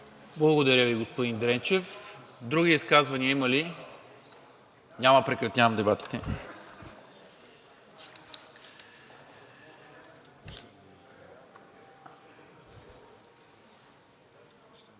Благодаря Ви, господин Дренчев. Други изказвания има ли? Няма. Прекратявам дебатите. Уважаеми